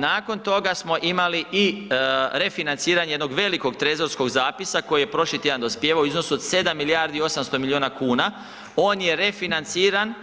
Nakon toga smo imali i refinanciranje jednog velikog trezorskog zapisa koji je prošli tjedan dospijevao u iznosu od 7 milijardi i 800 milijuna kuna, on je refinanciran